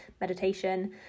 meditation